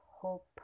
hope